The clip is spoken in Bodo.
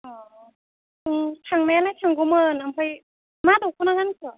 अ थांनायालाय थांगौमोन ओमफ्राय मा दखना गानखो